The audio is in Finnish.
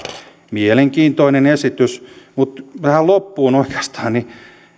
mielenkiintoinen esitys mutta tähän loppuun oikeastaan